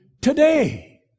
today